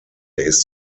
ist